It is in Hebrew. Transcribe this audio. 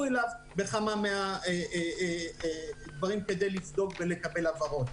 אליו בכמה מהדברים כדי לבדוק ולקבל הבהרות.